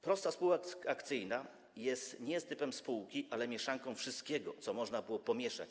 Prosta spółka akcyjna nie jest typem spółki, ale mieszanką wszystkiego, co można było pomieszać.